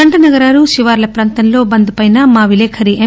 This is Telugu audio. జంటనగరాలు శివార్ల ప్రాంతాల్లో బంద్ పై మా విలేకరి ఎం